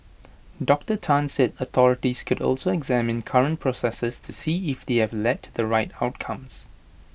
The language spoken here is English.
Doctor Tan said authorities could also examine current processes to see if they have led to the right outcomes